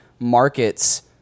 Markets